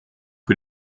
que